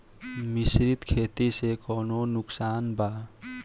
मिश्रित खेती से कौनो नुकसान बा?